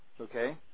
okay